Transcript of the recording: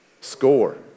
Score